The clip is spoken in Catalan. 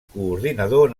coordinador